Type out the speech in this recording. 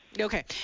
okay